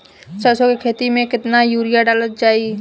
सरसों के खेती में केतना यूरिया डालल जाई?